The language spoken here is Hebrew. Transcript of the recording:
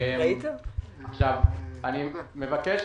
אני מבקש